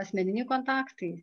asmeniniai kontaktai